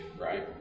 right